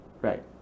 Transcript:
Right